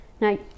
Now